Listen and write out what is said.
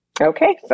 Okay